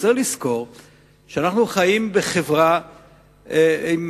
צריך לזכור שאנחנו חיים בחברה עם